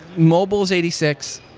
mobile is eighty six.